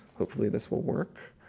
hopefully this will work.